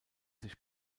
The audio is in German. sich